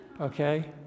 Okay